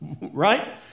right